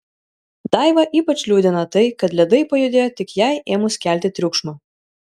daivą ypač liūdina tai kad ledai pajudėjo tik jai ėmus kelti triukšmą